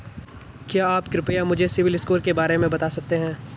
क्या आप कृपया मुझे सिबिल स्कोर के बारे में बता सकते हैं?